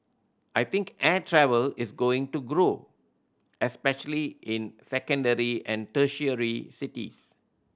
I think air travel is going to grow especially in secondary and tertiary cities